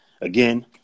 Again